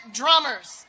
drummers